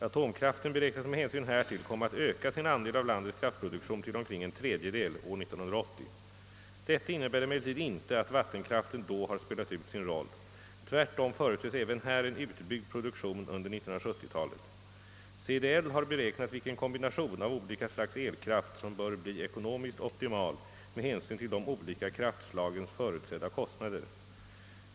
Atomkraften beräknas med hänsyn härtill komma att öka sin andel av landets kraftproduktion till omkring en tredjedel år 1980. Detta innebär emellertid inte att vattenkraften då har spelat ut sin roll. Tvärtom förutses även här en utbyggd produktion under 1970-talet. CDL har beräknat vilken kombination av olika slags elkraft som bör bli ekonomiskt optimal med hänsyn till de olika kraftslagens förutsedda kostnader.